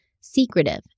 secretive